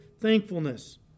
thankfulness